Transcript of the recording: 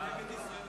התשס"ט 2009,